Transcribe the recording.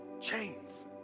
chains